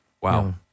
Wow